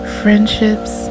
friendships